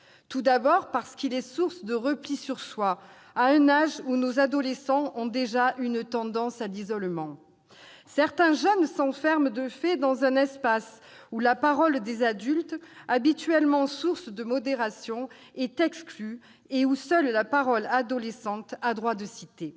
ces appareils est source de repli sur soi à un âge où nos adolescents ont déjà une tendance à l'isolement. Certains jeunes s'enferment de fait dans un espace où la parole des adultes, habituellement source de modération, est exclue et où seule la parole adolescente a droit de cité.